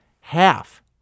half